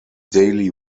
daily